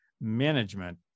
Management